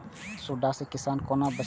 सुंडा से किसान कोना बचे?